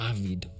Avid